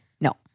No